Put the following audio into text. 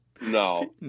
No